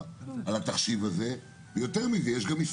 אם אנחנו נחוש